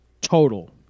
total